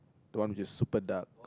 the one which is super dark